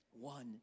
One